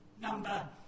number